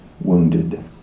wounded